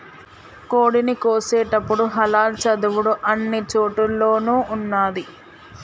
కోడిని కోసేటపుడు హలాల్ చదువుడు అన్ని చోటుల్లోనూ ఉన్నాది